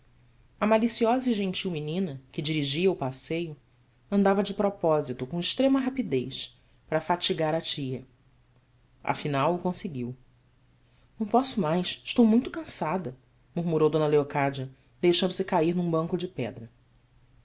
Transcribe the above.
maliciosa e gentil menina que dirigia o passeio andava de propósito com extrema rapidez para fatigar a tia afinal o conseguiu ão posso mais estou muito cansada murmurou d leocádia deixando-se cair num banco de pedra